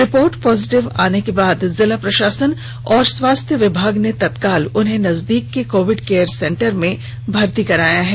report positive आने के बाद जिला प्रशासन व स्वस्थ विभाग ने तत्काल उन्हें नजदीक के कोविड केयर सेंटर में भर्ती कराया है